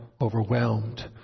overwhelmed